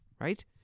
right